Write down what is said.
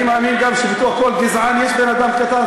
אני מאמין גם שבתוך כל גזען יש בן-אדם קטן,